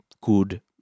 good